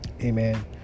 Amen